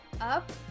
up